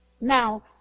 Now